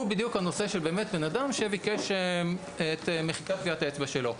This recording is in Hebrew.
הוא בדיוק הנושא של בן אדם שביקש את מחיקת טביעת האצבע שלו.